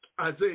Isaiah